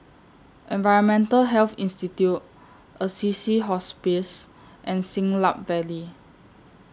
Environmental Health Institute Assisi Hospice and Siglap Valley